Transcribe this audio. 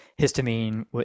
histamine